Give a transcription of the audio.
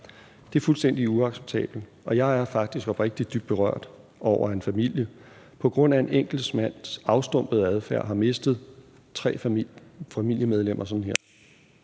Det er fuldstændig uacceptabelt, og jeg er faktisk dybt berørt over, at en familie på grund af en enkelt mands afstumpede adfærd har mistet tre familiemedlemmer med et